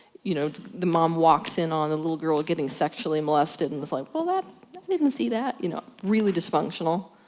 you know, the mom walks in on a little girl getting sexually molested, and is like well i didn't see that. you know. really dysfunctional.